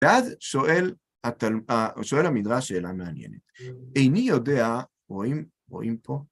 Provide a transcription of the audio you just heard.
‫ואז שואל המדרש, שאלה מעניינת, ‫איני יודע, רואים פה?